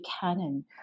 canon